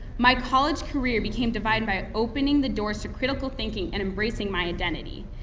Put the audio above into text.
my college career became defined by opening the doors to critical thinking and embracing my identity.